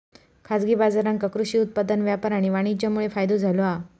खाजगी बाजारांका कृषि उत्पादन व्यापार आणि वाणीज्यमुळे फायदो झालो हा